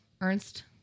Ernst